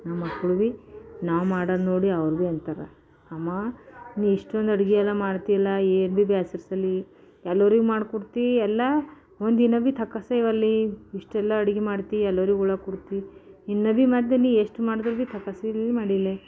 ಮಕ್ಕಳಿಗೆ ನಾವು ಮಾಡೋದು ನೋಡಿ ಅವ್ರಿಗೂ ಒಂಥರ ಅಮ್ಮಾ ನೀ ಇಷ್ಟೊಂದು ಅಡುಗೆಯೆಲ್ಲ ಮಾಡ್ತೀಯಲ್ಲ ಏನು ಭೀ ಬೇಸರಿಸಲಿ ಎಲ್ಲರಿಗೆ ಮಾಡಿಕೊಡ್ತಿ ಎಲ್ಲ ಒಂದಿನ ಬಿಟ್ಟು ಇಷ್ಟೆಲ್ಲ ಅಡ್ಗೆ ಮಾಡ್ತಿ ಎಲ್ಲರಿಗು ಹೇಳಿಕೊಡ್ತಿ ಇನ್ನವಿ ಮಾಡ್ದನಿ ಎಷ್ಟು ಮಾಡಿದ್ರೂವೆ ಮಾಡಿಲ್ಲ್ಯ